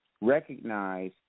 recognize